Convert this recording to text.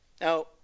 Now